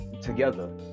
together